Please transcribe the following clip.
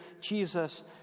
Jesus